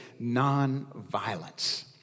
nonviolence